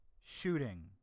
shooting